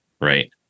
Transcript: right